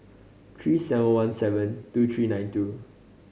Three seven one seven two three nine two